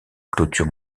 clôture